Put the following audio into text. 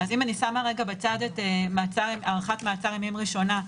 אם אני שמה רגע בצד את הארכת מעצר ימים ראשונה,